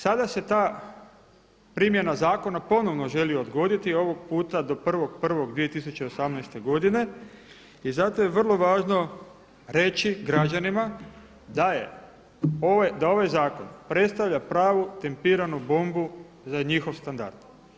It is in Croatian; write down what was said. Sada se ta primjena zakona ponovno želi odgoditi, ovog puta do 1.1.2018. godine i zato je vrlo važno reći građanima da ovaj zakon predstavlja pravu tempiranu bombu za njihov standard.